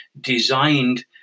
designed